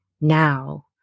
now